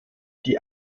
die